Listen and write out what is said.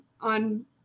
on